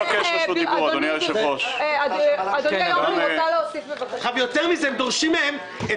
יותר מזה, דורשים מהם: